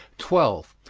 twelve.